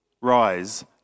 Rise